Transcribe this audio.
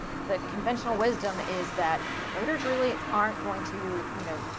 the conventional wisdom, is that voters really aren't going to you know,